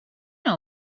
know